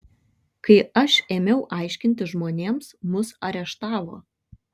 kai aš ėmiau aiškinti žmonėms mus areštavo